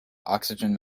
oxygen